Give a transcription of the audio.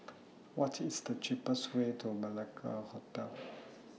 What IS The cheapest Way to Malacca Hotel